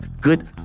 Good